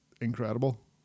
incredible